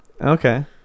Okay